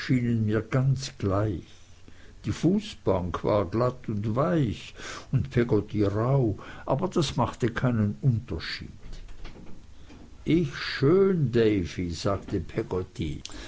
mir ganz gleich die fußbank war glatt und weich und peggotty rauh aber das machte keinen unterschied ich schön davy sagte peggotty